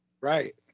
Right